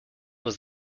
was